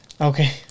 Okay